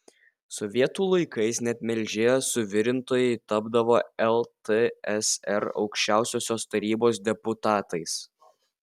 sovietų laikais net melžėjos suvirintojai tapdavo ltsr aukščiausiosios tarybos deputatais